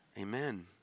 Amen